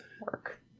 work